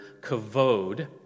kavod